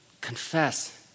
confess